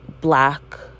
black